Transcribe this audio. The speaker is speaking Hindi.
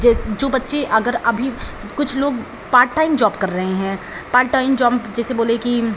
जेस जो बच्चे अगर अभी कुछ लोग पाट टाइम जॉब कर रहे हैं पाट टाइम जॉम्प जैसे बोले कि